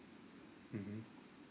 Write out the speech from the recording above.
mmhmm